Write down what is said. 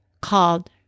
called